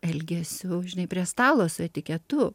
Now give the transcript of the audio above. elgesiu žinai prie stalo su etiketu